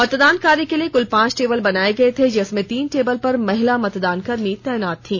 मतदान कार्य के लिए कुल पांच टेबल बनाए गए थे जिसमें तीन टेबल पर महिला मतदान कर्मी तैनात थीं